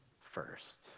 first